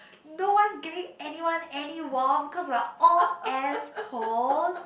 no one giving anyone any warm because we are all as cold